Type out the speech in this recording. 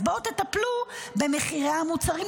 אז בואו תטפלו במחירי המוצרים,